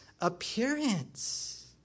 appearance